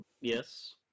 Yes